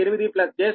8 j 0